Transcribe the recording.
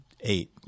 eight